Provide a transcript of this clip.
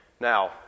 Now